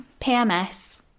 PMS